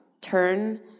Turn